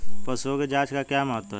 पशुओं की जांच का क्या महत्व है?